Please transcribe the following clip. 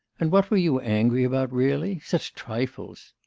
and what were you angry about really? such trifles